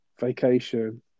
vacation